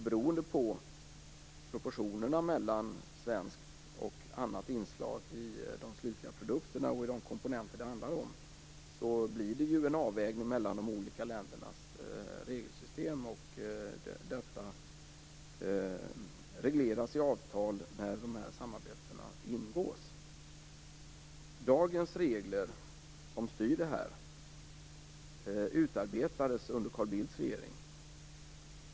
Beroende på proportionerna mellan svenskt och annat inslag i de slutliga produkterna och i de komponenter som det handlar om blir det en avvägning mellan de olika ländernas regelsystem. Detta regleras i avtal när dessa samarbeten ingås. Dagens regler, som styr det här, utarbetades under Carl Bildts regering.